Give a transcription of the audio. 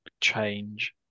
change